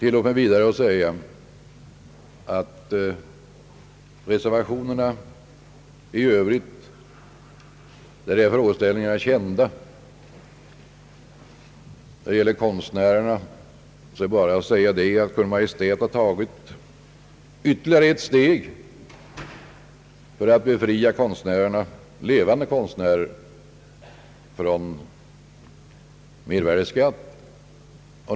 De frågeställningar, som reservationerna i Övrigt tar upp, är kända. Vad gäller kostnärerna är bara att säga att Kungl. Maj:t har tagit ytterligare ett steg för att befria levande kostnärer från mervärdeskatt.